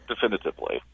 definitively